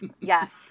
yes